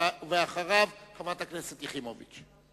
אחריו, חברת הכנסת שלי יחימוביץ.